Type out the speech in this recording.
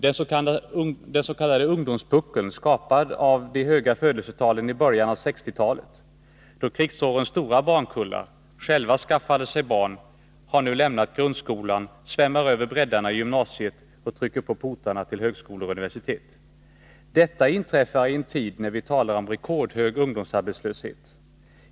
Den s.k. ungdomspuckeln, skapad av de höga födelsetalen i början av 1960-talet, då krigsårens stora barnkullar själva skaffade sig barn, har nu lämnat grundskolan, svämmar över bräddarna i gymnasiet och trycker på portarna till högskolor och universitet. Detta inträffar i en tid när vi talar om rekordhög ungdomsarbetslöshet.